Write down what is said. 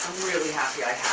really happy i